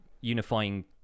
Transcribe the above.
unifying